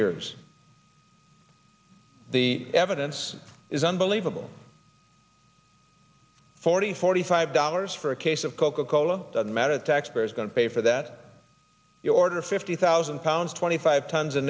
years the evidence is unbelievable forty forty five dollars for a case of coca cola doesn't matter taxpayers going to pay for that you order fifty thousand pounds twenty five tons of